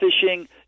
fishing